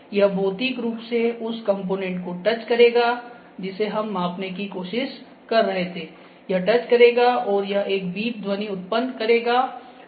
यह भौतिक रूप से उस कॉम्पोनेन्ट को टच करेगा जिसे हम मापने की कोशिश कर रहे थे यह टच करेगा और यह एक बीप ध्वनि उत्पन्न करेगा और इंडिकेटर झपकेगा